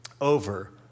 over